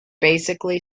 basically